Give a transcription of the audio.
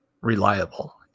reliable